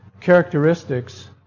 characteristics